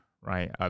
right